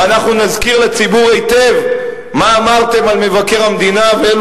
ואנחנו נזכיר לציבור היטב מה אמרתם על מבקר המדינה ואילו